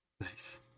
Nice